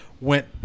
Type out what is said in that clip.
went